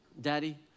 Daddy